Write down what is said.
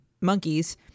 monkeys –